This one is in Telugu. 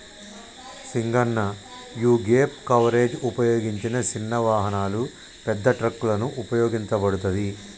సింగన్న యీగేప్ కవరేజ్ ఉపయోగించిన సిన్న వాహనాలు, పెద్ద ట్రక్కులకు ఉపయోగించబడతది